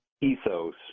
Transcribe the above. ethos